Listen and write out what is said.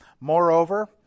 Moreover